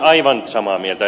aivan samaa mieltä